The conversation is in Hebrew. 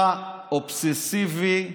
אתה אובססיבי,